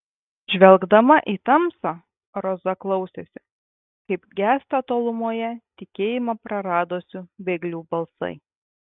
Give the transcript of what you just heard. žvelgdama į tamsą roza klausėsi kaip gęsta tolumoje tikėjimą praradusių bėglių balsai